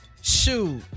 Shoot